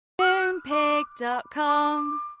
Moonpig.com